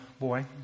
boy